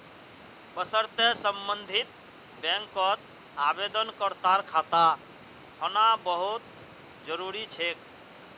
वशर्ते सम्बन्धित बैंकत आवेदनकर्तार खाता होना बहु त जरूरी छेक